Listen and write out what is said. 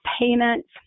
payments